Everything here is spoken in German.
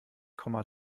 komma